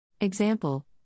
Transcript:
Example